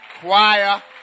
choir